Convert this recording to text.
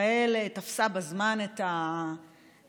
ישראל תפסה בזמן את המשבר,